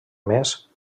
més